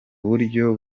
buryo